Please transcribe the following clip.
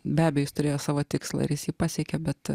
be abejo jis turėjo savo tikslą ir jis jį pasiekė bet